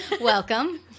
Welcome